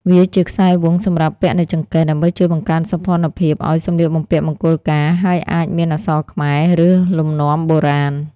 វាជាខ្សែវង់សម្រាប់ពាក់នៅចង្កេះ ដើម្បីជួយបង្កើនសោភណ្ឌភាពឲ្យសម្លៀកបំពាក់មង្គលការ ហើយអាចមានអក្សរខ្មែរ ឬលំនាំបុរាណ។